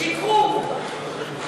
שיקרו,